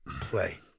play